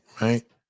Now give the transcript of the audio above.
right